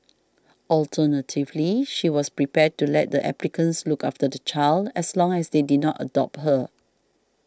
alternatively she was prepared to let the applicants look after the child as long as they did not adopt her